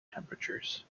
temperatures